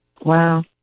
Wow